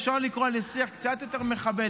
אפשר לקרוא לשיח קצת יותר מכבד.